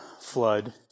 Flood